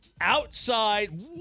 outside